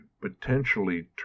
potentially